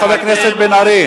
חבר הכנסת בן-ארי?